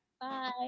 bye